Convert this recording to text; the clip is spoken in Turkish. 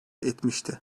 etmişti